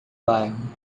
bairro